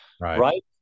Right